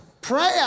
prayer